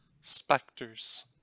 Specters